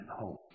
home